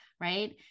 right